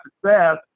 success